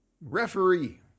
referee